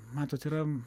matot yra